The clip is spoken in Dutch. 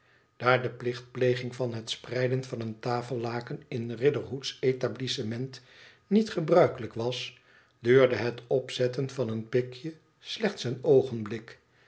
daar de plichtpleging van het spreiden van een taiellaken in riderhood s établissement niet gebruikelijk was duurde het opzetten van een pikje slechts een oogenblik